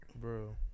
Bro